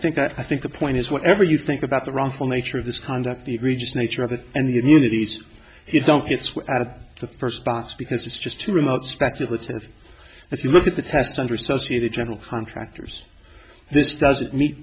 think i think the point is whatever you think about the wrongful nature of this conduct the egregious nature of it and the immunities you don't get out of the first box because it's just too remote speculative if you look at the test under associated general contractors this doesn't meet